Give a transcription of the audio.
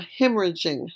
hemorrhaging